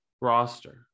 roster